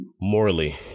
morally